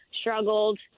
struggled